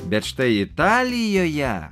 bet štai italijoje